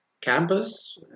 campus